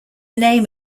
name